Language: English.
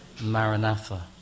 Maranatha